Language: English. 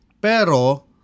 Pero